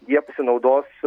jie pasinaudos